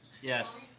Yes